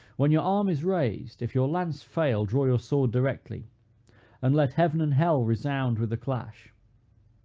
when your arm is raised, if your lance fail, draw your sword directly and let heaven and hell resound with the clash.